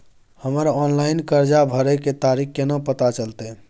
हमर ऑनलाइन कर्जा भरै के तारीख केना पता चलते?